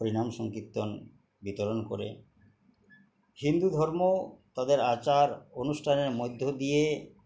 হরিণাম সংকীর্তন বিতরণ করে হিন্দু ধর্ম তাদের আচার অনুষ্ঠানের মধ্য দিয়ে